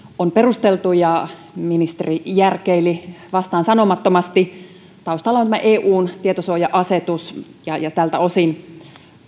on perusteltu ja ministeri järkeili vastaansanomattomasti taustalla on eun tietosuoja asetus ja ja tältä osin